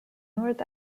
north